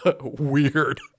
weird